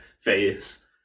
face